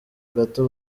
gato